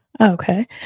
Okay